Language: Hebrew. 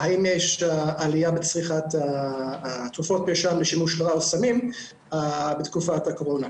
האם יש עליה בצריכת תרופות המרשם לשימוש --- בתקופת הקורונה.